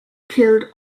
killed